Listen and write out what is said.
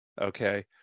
okay